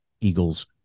Eagles